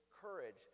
courage